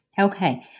Okay